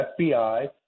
FBI